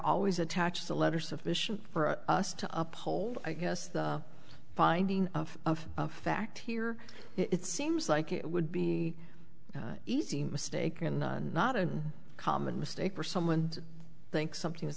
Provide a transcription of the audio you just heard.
always attach the letter sufficient for us to uphold i guess the finding of fact here it seems like it would be easy mistake not a common mistake for someone to think something is